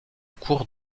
cours